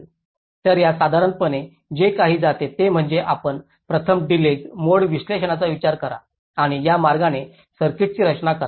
तर साधारणपणे जे केले जाते ते म्हणजे आपण प्रथम डिलेज मोड विश्लेषणाचा विचार करा आणि त्या मार्गाने सर्किटची रचना करा